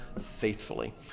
faithfully